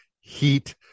heat